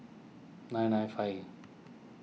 nine nine five